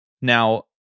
Now